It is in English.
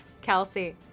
Kelsey